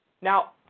Now